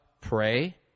pray